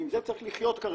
ועם זה צריך לחיות כרגע,